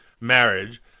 marriage